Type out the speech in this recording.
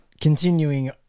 Continuing